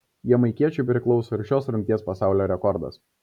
jamaikiečiui priklauso ir šios rungties pasaulio rekordas